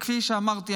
וכפי שאמרתי,